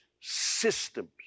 systems